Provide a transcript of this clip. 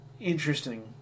interesting